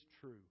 true